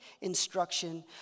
instruction